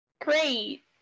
Great